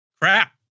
crap